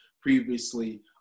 previously